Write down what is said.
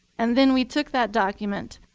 and then we took that document,